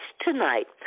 tonight